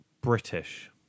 british